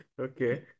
Okay